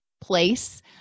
place